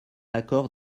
accord